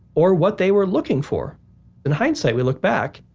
or what they were looking for in hindsight, we look back,